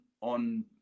on